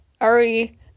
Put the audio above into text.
already